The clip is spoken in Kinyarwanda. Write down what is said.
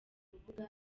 rubuga